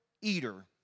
eater